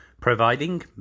Providing